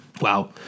Wow